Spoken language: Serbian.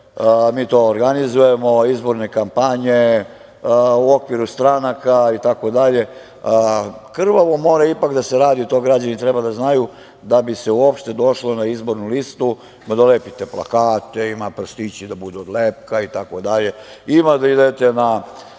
mi to organizujemo, izborne kampanje u okviru stranaka itd. Krvavo mora ipak da se radi, to građani treba da znaju, da bi se uopšte došlo na izbornu listu. Ima da lepite plakate, ima prstići da budu od lepka itd, ima da idete na